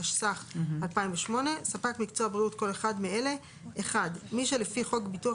התשס"ח 2008. "ספק מקצוע בריאות" - כל אחד מאלה: (1)מי שלפי חוק ביטוח